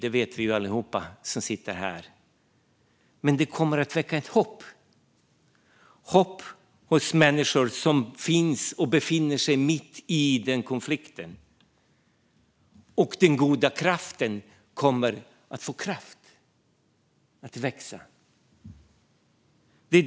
Det vet vi allihop som sitter här. Men det kommer att väcka ett hopp hos människor som befinner sig mitt i konflikten, och det goda kommer att få kraft att växa.